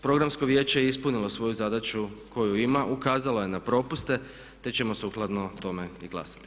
Programsko vijeće je ispunilo svoju zadaću koju ima, ukazala je na propuste te ćemo sukladno tome i glasati.